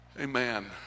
Amen